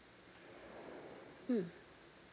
mm